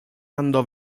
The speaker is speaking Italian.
andò